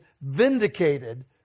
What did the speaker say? vindicated